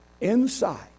inside